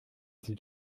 die